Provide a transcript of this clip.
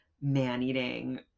man-eating